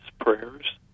prayers